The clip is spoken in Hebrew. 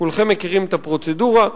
כולכם מכירים את הפרוצדורה.